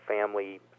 family